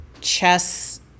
chess